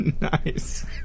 Nice